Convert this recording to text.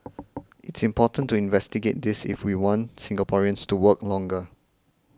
it's important to investigate this if we want Singaporeans to work longer